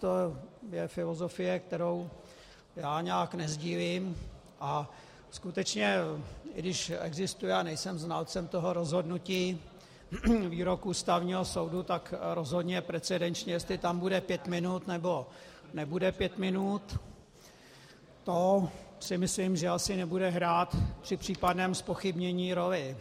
Tohle je filozofie, kterou já nějak nesdílím, a skutečně i když existuje, a nejsem znalcem toho rozhodnutí, výrok Ústavního soudu, tak rozhodně precedenčně, jestli tam bude pět minut, nebo nebude pět minut, to si myslím, že asi nebude hrát při případném zpochybnění roli.